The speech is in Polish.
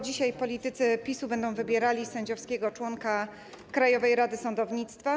Dzisiaj politycy PiS będą wybierali sędziowskiego członka Krajowej Rady Sądownictwa.